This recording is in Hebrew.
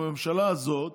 הממשלה הזאת,